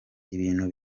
ibintu